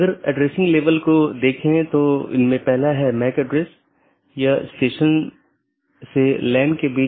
अगर हम पिछले व्याख्यान या उससे पिछले व्याख्यान में देखें तो हमने चर्चा की थी